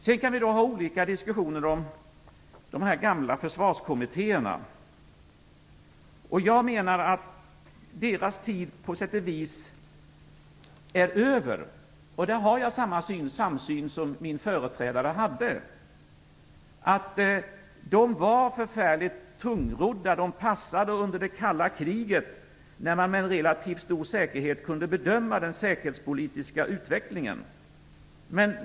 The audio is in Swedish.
Vi kan ha olika uppfattningar om de gamla försvarskommittéerna. Jag menar att deras tid på sätt och vis är över. I det avseendet har jag samma syn som min företrädare hade. De var förfärligt tungrodda. De passade under det kalla kriget när man med relativt stor säkerhet kunde bedöma den säkerhetspolitiska utvecklingen.